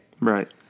Right